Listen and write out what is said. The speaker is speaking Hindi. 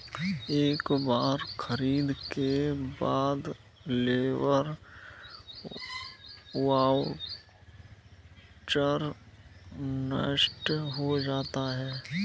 एक बार खरीद के बाद लेबर वाउचर नष्ट हो जाता है